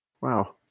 Wow